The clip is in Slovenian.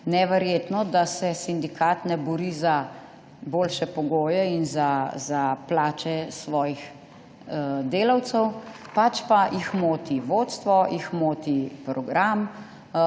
neverjetno, da se sindikat ne bori za boljše pogoje in za plače svojih delavcev, pač pa jih moti vodstvo, jih moti program.